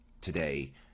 today